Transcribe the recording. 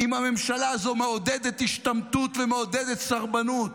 אם הממשלה הזו מעודדת השתמטות ומעודדת סרבנות?